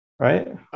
Right